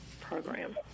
program